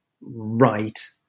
right